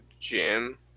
gym